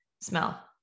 smell